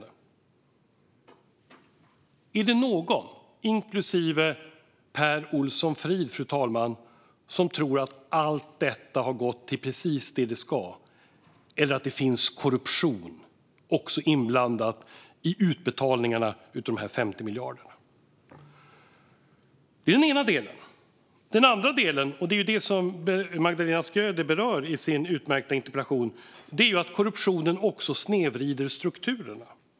Finns det någon, inklusive Per Olsson Fridh, som tror att allt detta har gått till precis det som det ska, fru talman? Eller finns korruption inblandad också i utbetalningarna av dessa 50 miljarder? Det är den ena delen. Den andra delen, som Magdalena Schröder berör i sin utmärkta interpellation, är att korruption snedvrider strukturer.